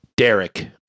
Derek